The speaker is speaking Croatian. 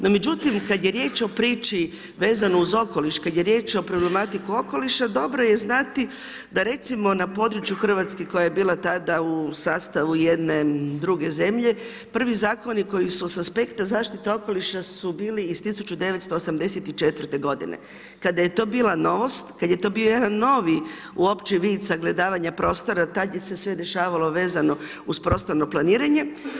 No međutim, kada je riječ o priči vezano uz okoliš, kada je riječ o problematici okoliša dobro je znati da recimo na području Hrvatske koja je bila tada u sastavu jedne druge zemlje prvi zakoni koji su s aspekta zaštite okoliša su bili iz 1984. godine, kada je to bila novost, kada je to bio jedan novi uopće vid sagledavanja prostora tada je se sve dešavalo vezano uz prostorno planiranje.